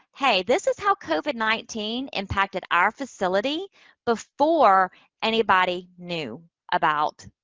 hey, this is how covid nineteen impacted our facility before anybody knew about